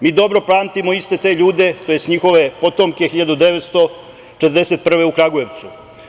Mi dobro pamtimo iste te ljude, tj. njihove potomke 1941. godine u Kragujevcu.